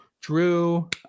Drew